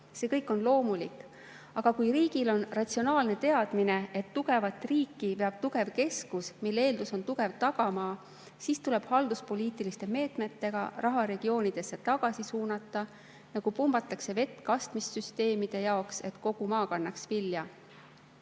See kõik on loomulik. Aga kui riigil on ratsionaalne teadmine, et tugevat riiki peab ülal tugev keskus, mille eeldus on tugev tagamaa, siis tuleb halduspoliitiliste meetmetega raha regioonidesse tagasi suunata, nagu pumbatakse vett kastmissüsteemide jaoks, et kogu maa kannaks vilja.